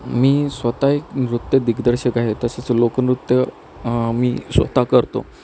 मी स्वत एक नृत्यदिग्दर्शक आहे तसेच लोकनृत्य मी स्वत करतो